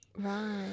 Right